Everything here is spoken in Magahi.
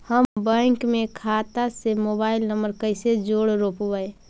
हम बैंक में खाता से मोबाईल नंबर कैसे जोड़ रोपबै?